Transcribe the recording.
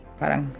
parang